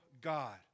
God